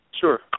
Sure